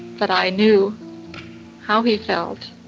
but i knew how he felt,